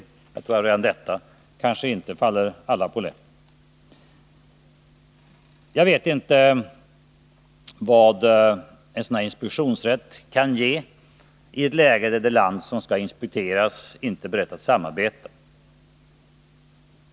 Jag tror att redan detta kanske inte faller alla på läppen. Jag vet inte vad en inspektionsrätt kan ge i ett läge där det land som skall inspekteras inte är berett att samarbeta.